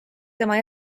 tema